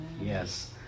Yes